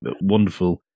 wonderful